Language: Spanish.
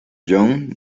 young